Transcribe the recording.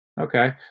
okay